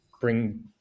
bring